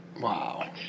Wow